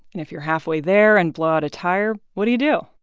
and if you're halfway there and blow out a tire, what do you do?